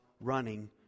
running